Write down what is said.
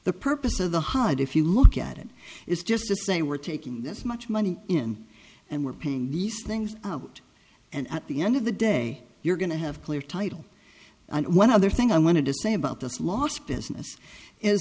the purpose of the hide if you look at it it's just to say we're taking this much money in and we're paying these things out and at the end of the day you're going to have clear title and one other thing i wanted to say about this lost business